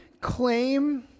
claim